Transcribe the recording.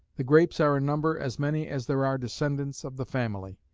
the grapes are in number as many as there are descendants of the family.